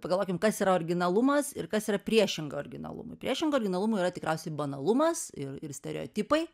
pagalvokim kas yra originalumas ir kas yra priešinga originalumui priešinga originalumui yra tikriausiai banalumas ir ir stereotipai